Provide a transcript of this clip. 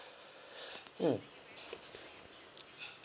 mm